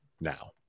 now